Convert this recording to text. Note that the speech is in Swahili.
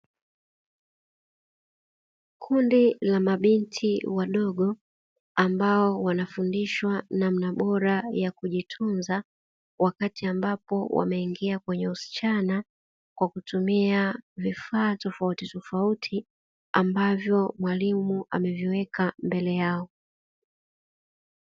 Kundi la mabinti wadogo, ambao wanafundishwa namna bora ya kujitunza, wakati ambapo wameingia kwenye usichana, kwa kutumia vifaa tofautitofauti, ambavyo mwalimu ameviweka mbele yao.